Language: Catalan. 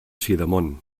sidamon